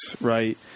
right